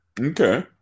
Okay